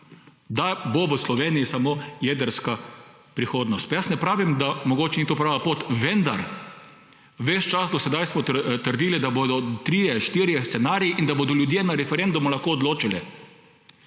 da bo v Sloveniji samo jedrska prihodnost. Pa jaz ne pravim, da mogoče ni to prava pot, vendar ves čas do sedaj smo trdili, da bodo trije, štirje scenariji in da bodo ljudje na referendumu lahko odločili.